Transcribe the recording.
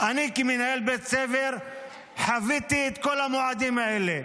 אני כמנהל בית ספר חוויתי את כל המועדים האלה.